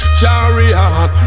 chariot